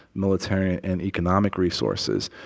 military and economic resources.